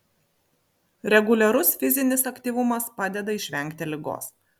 reguliarus fizinis aktyvumas padeda išvengti ligos